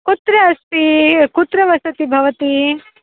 कुत्र अस्ति कुत्र वसति भवती